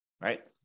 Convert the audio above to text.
right